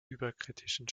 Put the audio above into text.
überkritischen